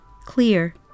clear